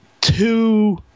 two